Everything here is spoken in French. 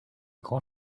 grand